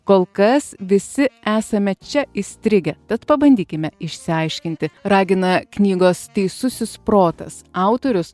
kol kas visi esame čia įstrigę bet pabandykime išsiaiškinti ragina knygos teisusis protas autorius